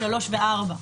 3 ו-4.